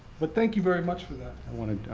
but thank you very much for that. i want